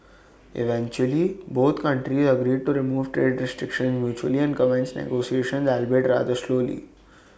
eventually both countries agreed to remove trade restrictions mutually and commence negotiations albeit rather slowly